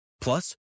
Plus